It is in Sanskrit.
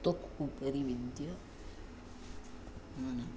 त्वगुपरि विद्यमानस्य